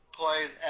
plays